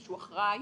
שהוא אחראי,